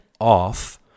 off